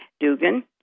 Dugan